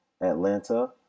Atlanta